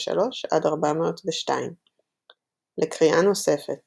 383–402. לקריאה נוספת